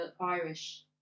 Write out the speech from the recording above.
Irish